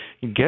get